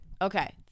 Okay